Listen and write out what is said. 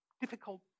difficult